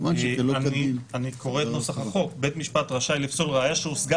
אני קורא את נוסח החוק: בית משפט רשאי לפסול ראיה שהושגה